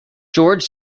george